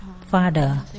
father